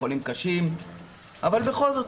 לחולים קשים אבל בכל זאת,